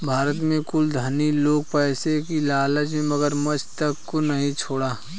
भारत में कुछ धनी लोग पैसे की लालच में मगरमच्छ तक को नहीं छोड़ा